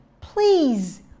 please